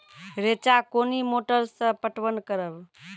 रेचा कोनी मोटर सऽ पटवन करव?